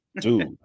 dude